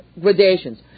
gradations